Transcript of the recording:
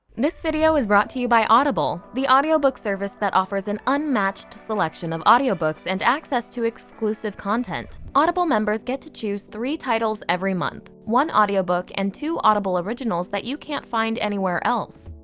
this video is brought to you by audible, the audiobook service that offers an unmatched selection of audiobooks and access to exclusive content. audible members get to choose three titles every month. one audio book and two audible originals that you can't find anywhere else.